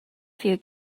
few